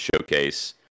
showcase